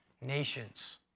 Nations